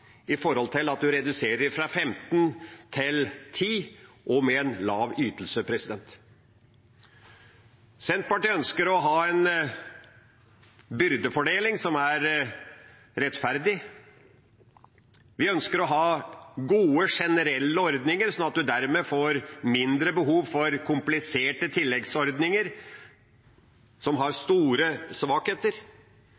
i forhold til at en reduserer fra 15 dager til 10 dager og med en lav ytelse. Senterpartiet ønsker å ha en byrdefordeling som er rettferdig. Vi ønsker å ha gode generelle ordninger, slik at en dermed får mindre behov for kompliserte tilleggsordninger som har store svakheter. Derfor fremmer vi de forslagene vi har,